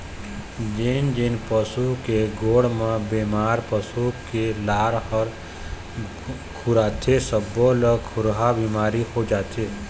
जेन जेन पशु के गोड़ म बेमार पसू के लार ह खुंदाथे सब्बो ल खुरहा बिमारी हो जाथे